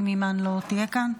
אם אימאן לא תהיה כאן.